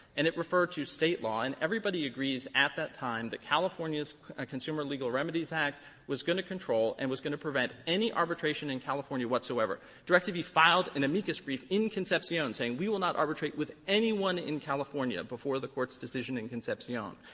and it referred to state law, and everybody agrees at that time that california's consumer legal remedies act was going to control and was going to prevent any arbitration in california whatsoever. directv filed an amicus brief in concepcion saying we will not arbitrate with anyone in california before the court's decision in concepcion.